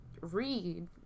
read